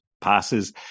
passes